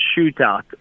Shootout